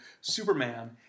Superman